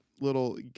Little